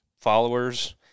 followers